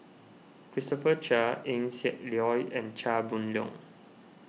Christopher Chia Eng Siak Loy and Chia Boon Leong